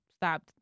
stop